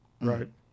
Right